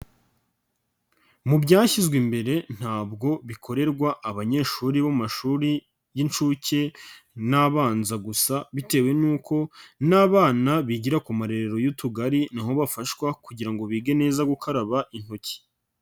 Mu byashyizwe imbere ntabwo bikorerwa abanyeshuri bo mashuri y'inshuke n'abanza gusa, bitewe nuko n'abana bigira ku marerero y'utugari na ho bafashwa kugira ngo bige neza gukaraba intoki.